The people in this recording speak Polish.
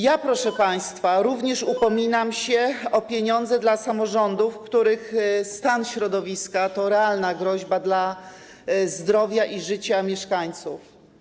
Ja, proszę państwa, upominam się również o pieniądze dla samorządów, w których stan środowiska to realna groźba dla zdrowia i życia mieszkańców.